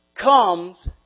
comes